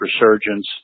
resurgence